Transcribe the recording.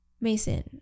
Mason